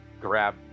grab